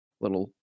little